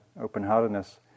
open-heartedness